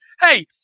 hey